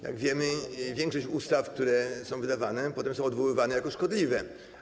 Jak wiemy, większość ustaw, które są wydawane, potem jest odwoływana jako ustawy szkodliwe.